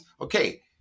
Okay